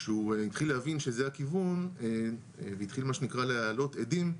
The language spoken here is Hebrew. כשהוא התחיל להבין שזה הכיוון והתחיל מה שנקרא להעלות אדים,